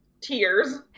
tears